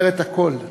אומרת הכול.